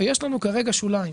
ויש לנו כרגע שוליים.